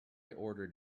ordered